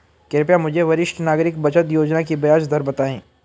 कृपया मुझे वरिष्ठ नागरिक बचत योजना की ब्याज दर बताएं